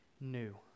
new